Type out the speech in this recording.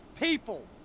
people